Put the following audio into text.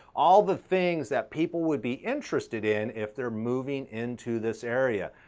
all the things that people would be interested in if they're moving into this area.